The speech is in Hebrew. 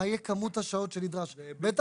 מה תהיה כמות השעות שנדרש,